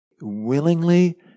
willingly